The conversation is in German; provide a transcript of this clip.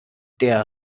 der